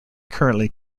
currently